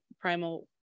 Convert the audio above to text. primal